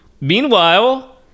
Meanwhile